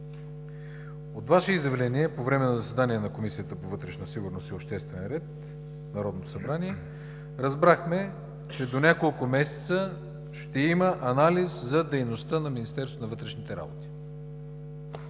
От Ваше изявление по време на заседание на Комисията по вътрешна сигурност и обществен ред в Народното събрание разбрахме, че до няколко месеца ще има анализ за дейността на Министерството на вътрешните работи.